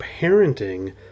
parenting